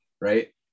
right